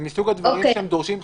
זה מסוג הדברים שדורשים חקיקה.